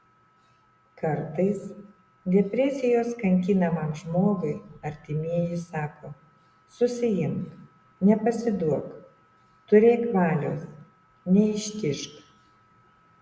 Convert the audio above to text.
kartais depresijos kankinamam žmogui artimieji sako susiimk nepasiduok turėk valios neištižk